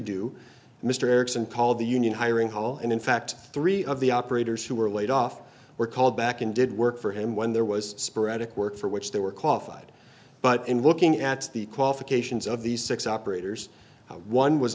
do mr erickson paul the union hiring hall and in fact three of the operators who were laid off were called back and did work for him when there was sporadic work for which they were qualified but in looking at the qualifications of these six operators one was